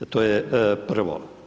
To je prvo.